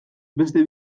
beste